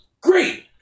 Great